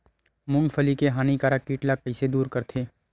मूंगफली के हानिकारक कीट ला कइसे दूर करथे?